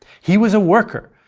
he was a worker,